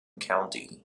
county